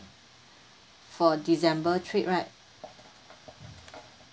for december trip right